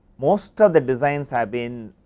most of the designs have been